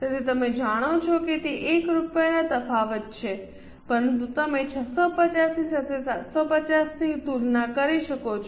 તેથી તમે જાણો છો કે તે 1 રૂપિયાના તફાવત છે પરંતુ તમે 650 ની સાથે 750 ની તુલના કરી શકો છો